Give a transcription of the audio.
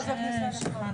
ב-2א(ב)(1).